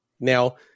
Now